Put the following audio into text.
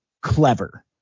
clever